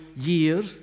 year